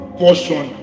portion